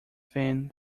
thin